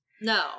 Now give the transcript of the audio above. No